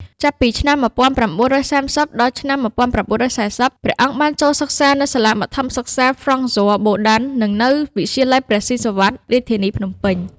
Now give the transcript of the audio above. ចាប់ពីឆ្នាំ១៩៣០ ដល់ឆ្នាំ១៩៤០ ព្រះអង្គបានចូលសិក្សានៅសាលាបឋមសិក្សា ហ្វ្រង់ស័រ បូឌាន់ និងនៅវិទ្យាល័យព្រះស៊ីសុវត្ថិ រាជធានីភ្នំពេញ។